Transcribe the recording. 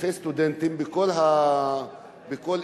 אלפי סטודנטים בכל אירופה,